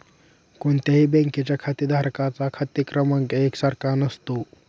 कोणत्याही बँकेच्या खातेधारकांचा खाते क्रमांक एक सारखा नसतो